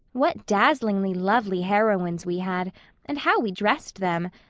what dazzlingly lovely heroines we had and how we dressed them!